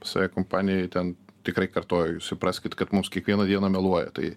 visai kompanijai ten tikrai kartoju jūs supraskit kad mums kiekvieną dieną meluoja tai